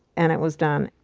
and it was done.